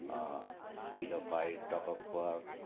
pillow fight tug of war